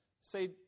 Say